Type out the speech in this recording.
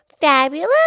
Fabulous